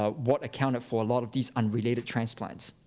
ah what accounted for a lot of these unrelated transplants.